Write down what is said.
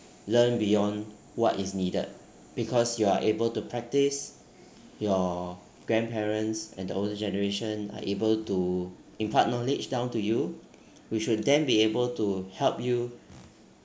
learn beyond what is needed because you are able to practise your grandparents and the older generation are able to impart knowledge down to you which will then be able to help you